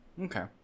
Okay